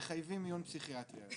שמחייבים עיון פסיכיאטרי.